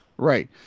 Right